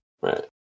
right